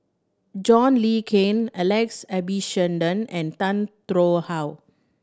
John Le Cain Alex Abisheganaden and Tan How